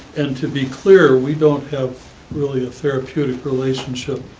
and to be clear, we don't have, really, a therapeutic relationship.